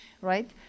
right